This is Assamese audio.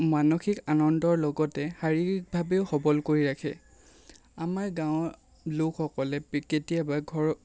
মানসিক আনন্দৰ লগতে শাৰীৰিক ভাৱেও সবল কৰি ৰাখে আমাৰ গাঁৱৰ লোকসকলে পিকেটিয়া বা ঘৰত